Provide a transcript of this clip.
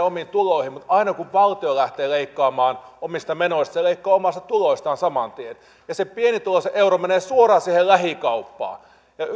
omiin tuloihimme mutta aina kun valtio lähtee leikkaamaan omista menoistaan se leikkaa omista tuloistaan saman tien ja se pienituloisen euro menee suoraan siihen lähikauppaan ja